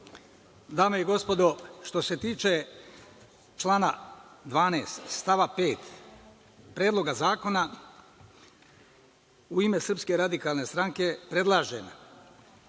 Dame i gospodo, što se tiče člana 12. stava 5. Predloga zakona, u ime Srpske radikalne stranke predlažem